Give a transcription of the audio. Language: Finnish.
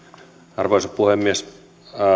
arvoisa puhemies